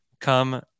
come